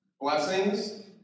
blessings